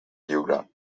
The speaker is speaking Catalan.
lliure